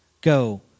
go